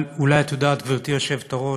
אבל אולי את יודעת, גברתי היושבת-ראש,